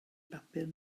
bapur